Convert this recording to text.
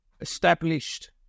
established